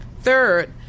Third